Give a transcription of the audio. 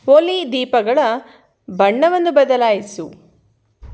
ಓಲಿ ದೀಪಗಳ ಬಣ್ಣವನ್ನು ಬದಲಾಯಿಸು